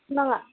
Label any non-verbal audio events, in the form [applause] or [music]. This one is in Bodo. [unintelligible]